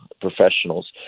professionals